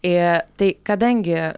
eee tai kadangi